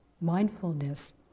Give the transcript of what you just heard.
mindfulness